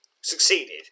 Succeeded